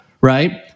right